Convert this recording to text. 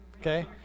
Okay